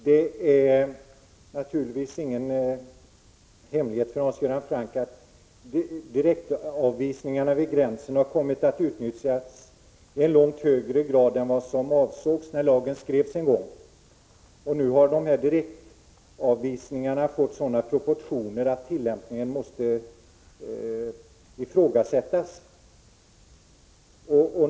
Det är naturligtvis ingen hemlighet för oss, Hans Göran Franck, att direktavvisningarna vid gränsen har kommit att utnyttjas i långt högre grad än vad som avsågs när lagen en gång skrevs. Nu har direktavvisningarna fått sådana proportioner att tillämpningen av lagen måste ifrågasättas.